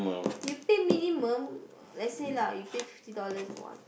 you pay minimum let's say lah you pay fifty dollars one